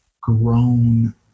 grown